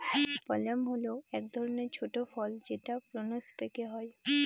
plum হল এক ধরনের ছোট ফল যেটা প্রুনস পেকে হয়